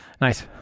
Nice